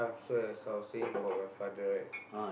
so as I was saying about my father right